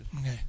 Okay